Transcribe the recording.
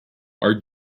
are